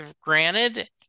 granted